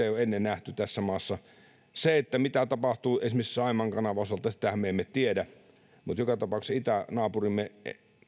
ei ole ennen nähty tässä maassa mitä tapahtuu esimerkiksi saimaan kanavan osalta sitähän me emme tiedä mutta joka tapauksessa itänaapurimme